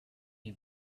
you